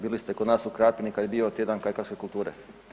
Bili ste kod nas u Krapini kad je bio tjedan kajkavske kulture.